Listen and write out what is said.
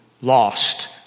lost